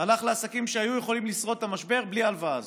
הלך לעסקים שהיו יכולים לשרוד במשבר בלי ההלוואה הזאת.